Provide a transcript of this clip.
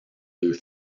deux